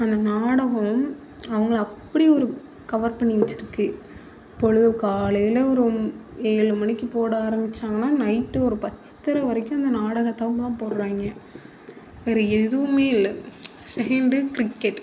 அந்த நாடகம் அவங்கள அப்படி ஒரு கவர் பண்ணி வச்சுருக்கு இப்போது காலையில் ஏழு மணிக்கு போட ஆரமித்தாங்கன்னா ஒரு நைட்டு பத்தரை வரைக்கும் நாடகத்தை தான் போடுவாங்க ஒரு எதுவுமே இல்லை செகண்டு கிரிக்கெட்